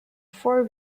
four